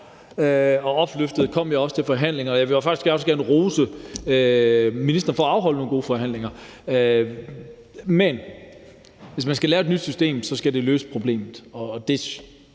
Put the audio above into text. op. Opløftet kom jeg også til forhandlingerne. Jeg vil faktisk også gerne rose ministeren for at afholde nogle gode forhandlinger. Men hvis man skal lave et nyt system, skal det løse problemet, og det